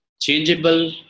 changeable